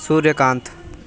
Suryakant